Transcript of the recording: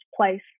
place